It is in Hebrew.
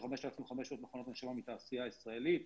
5,500 מכונות הנשמה מהתעשייה הישראלית.